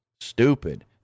Stupid